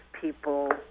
people